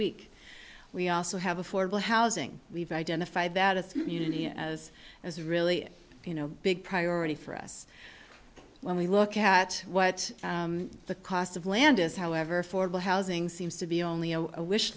week we also have affordable housing we've identified that as as really you know big priority for us when we look at what the cost of land is however affordable housing seems to be only a wish